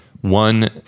one